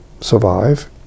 survive